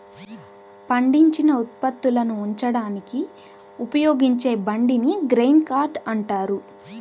పండించిన ఉత్పత్తులను ఉంచడానికి ఉపయోగించే బండిని గ్రెయిన్ కార్ట్ అంటారు